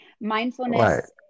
Mindfulness